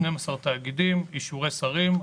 12 תאגידים, אישורי שרים.